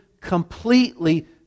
completely